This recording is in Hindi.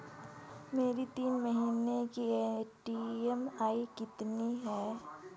मेरी तीन महीने की ईएमआई कितनी है?